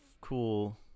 cool